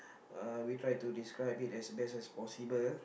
uh we try to describe it as best as possible